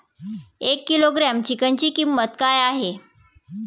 एक किलोग्रॅम चिकनची किंमत काय आहे?